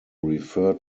refer